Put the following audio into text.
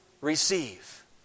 receive